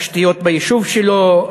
תשתיות ביישוב שלו,